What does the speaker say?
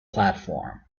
platform